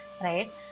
right